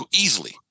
Easily